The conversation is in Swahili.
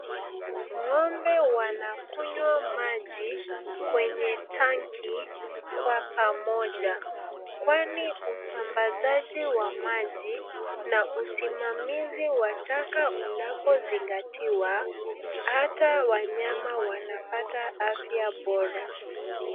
Ng'ombe wanakunywa maji kwenye tangi kwa pamoja. Kwani usambazaji wa maji na usimamizi wa taka unapozingatiwa hata wanyama wanapata afya bora.